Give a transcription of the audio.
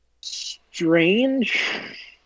strange